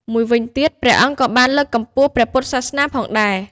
មួយវិញទៀត ព្រះអង្គក៏បានលើកកម្ពស់ព្រះពុទ្ធសាសនាផងដែរ។